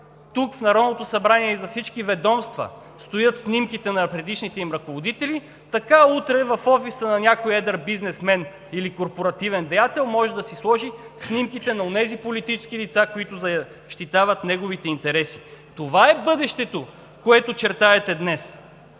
както в Народното събрание, и във всички ведомства стоят снимките на предишните им ръководители, така утре в офиса на някой едър бизнесмен или корпоративен деятел може да си сложи снимките на онези политически лица, които защитават неговите интереси. Това е бъдещето, което чертаете днес.